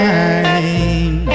Time